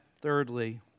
thirdly